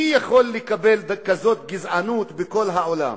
מי יכול לקבל כזאת גזענות בכל העולם?